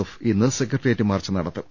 F ഇന്ന് secretariat march നടത്തും